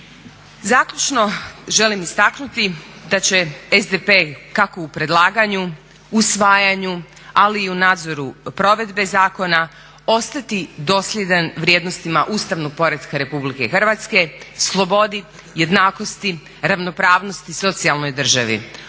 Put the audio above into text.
Zaključno želim istaknuti da će SDP kako u predlaganju, usvajanju, ali i u nadzoru provedbe zakona ostati dosljedan vrijednostima ustavnog poretka RH, slobodi, jednakosti, ravnopravnosti, socijalnoj državi.